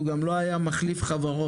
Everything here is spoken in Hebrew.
הוא גם לא היה מחליף חברות,